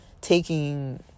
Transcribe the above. taking